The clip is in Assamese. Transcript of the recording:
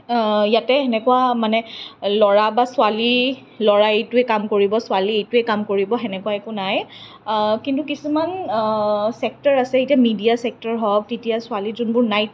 ইয়াতে সেনেকুৱা মানে ল'ৰা বা ছোৱালী ল'ৰাই এইটোৱে কাম কৰিব ছোৱালী এইটোৱে কাম কৰিব সেনেকুৱা একো নাই কিন্তু কিছুমান ছেক্টৰ আছে এতিয়া মিডিয়া ছেক্টৰ হওক তেতিয়া ছোৱালী যোনবোৰ নাইট